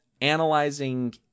analyzing